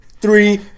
Three